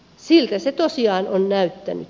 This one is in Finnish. siltä se tosiaan on näyttänyt